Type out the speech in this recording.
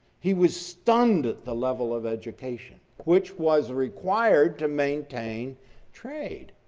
he was stunned at the level of education, which was required to maintain trade,